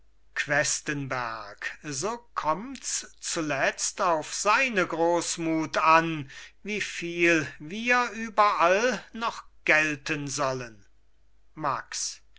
questenberg so kommts zuletzt auf seine großmut an wieviel wir überall noch gelten sollen max